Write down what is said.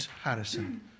Harrison